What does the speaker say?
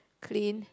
clean